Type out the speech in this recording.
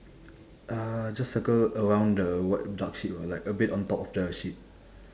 uh just circle around the white dark sheep ah like a bit on top of the sheep